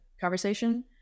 conversation